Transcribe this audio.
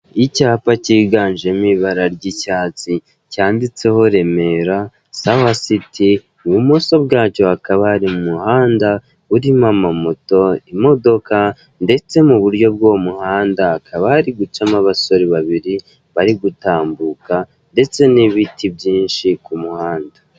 Icyapa kiganzemo ibara ry'icyatsi cyanditseho Remera sawa siti, ibumoso bwacyo hakaba hari umuhanda urimo amamoto, imodoka, ndetse muburyo bw'uwo muhanda hakaba hari gucamo abasore babiri bari gutambuka, ndetse n'ibiti byinshi ku muhanda.